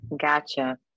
gotcha